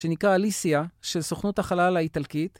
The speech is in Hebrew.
שנקרא אליסיה של סוכנות החלל האיטלקית